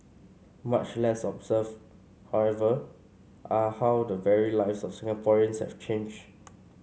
much less observed however are how the very lives of Singaporeans have changed